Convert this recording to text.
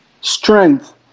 strength